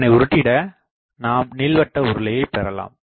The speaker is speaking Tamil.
இதனை உருட்டிட நாம் நீள்வட்ட உருளையை பெறலாம்